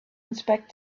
inspect